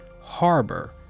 harbor